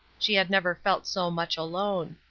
she had never felt so much alone.